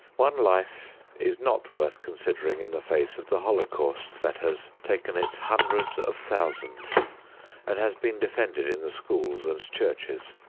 one life is not worth considering in the face of the holocaust that has taken its hundreds of thousands and has been defended in the schools and churches.